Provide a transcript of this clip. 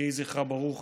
יהי זכרה ברוך,